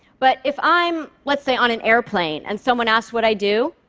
but if i'm, let's say, on an airplane, and someone asks what i do,